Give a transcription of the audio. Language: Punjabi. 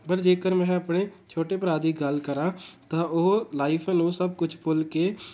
ਪਰ ਜੇਕਰ ਮੈਂ ਆਪਣੇ ਛੋਟੇ ਭਰਾ ਦੀ ਗੱਲ ਕਰਾਂ ਤਾਂ ਉਹ ਲਾਈਫ ਨੂੰ ਸਭ ਕੁਝ ਭੁੱਲ ਕੇ